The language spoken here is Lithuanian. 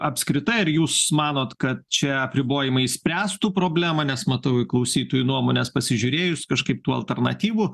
apskritai ar jūs manot kad čia apribojimai išspręstų problemą nes matau klausytojų nuomones pasižiūrėjus kažkaip tų alternatyvų